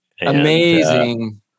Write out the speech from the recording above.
Amazing